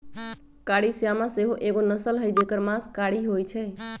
कारी श्यामा सेहो एगो नस्ल हई जेकर मास कारी होइ छइ